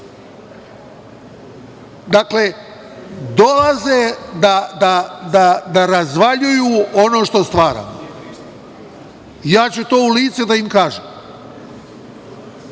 Dakle, dolaze da razvaljuju ono što stvaramo. Ja ću to u lice da im kažem.